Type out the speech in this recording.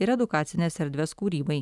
ir edukacines erdves kūrybai